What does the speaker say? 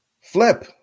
Flip